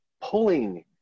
pulling